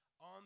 on